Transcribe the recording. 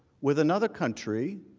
with another country,